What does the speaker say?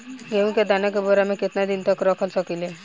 गेहूं के दाना के बोरा में केतना दिन तक रख सकिले?